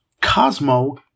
Cosmo